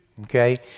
Okay